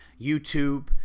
YouTube